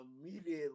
immediately